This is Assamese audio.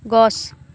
গছ